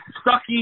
Stucky